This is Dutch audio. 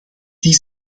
die